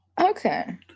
Okay